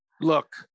Look